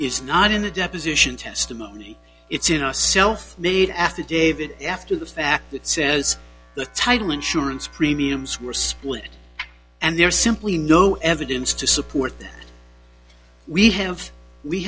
is not in the deposition testimony it's in a self made affidavit after the fact that says the title insurance premiums were split and there's simply no evidence to support that we have we